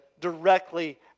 directly